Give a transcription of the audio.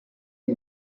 him